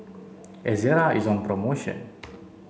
Ezerra is on promotion